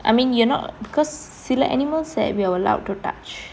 I mean you're not because சில:sila animals that we are allowed to touch